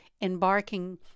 embarking